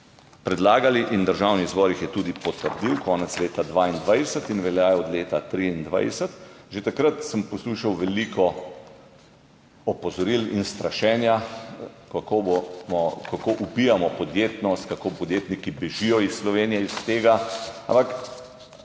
predlagali in Državni zbor jih je tudi potrdil konec leta 2022 in veljajo od leta 2023. Že takrat sem poslušal veliko opozoril in strašenja, kako ubijamo podjetnost, kako podjetniki bežijo iz Slovenije zaradi tega. Ampak,